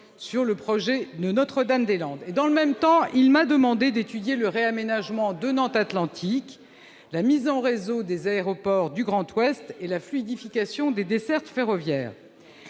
sur le projet de Notre-Dame-des-Landes. Dans le même temps, il m'a demandé d'étudier le réaménagement de Nantes-Atlantique, la mise en réseau des aéroports du Grand Ouest et la fluidification des dessertes ferroviaires.